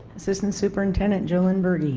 assistant superintendent jolynn berge